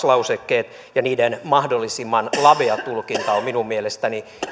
lausekkeet ja niiden mahdollisimman lavea tulkinta ovat minun mielestäni